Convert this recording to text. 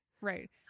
right